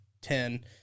ten